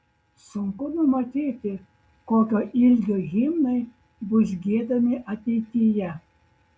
sunku numatyti kokio ilgio himnai bus giedami ateityje